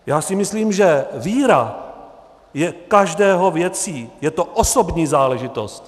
Já si myslím, že víra je každého věcí, je to osobní záležitost.